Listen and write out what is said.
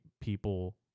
people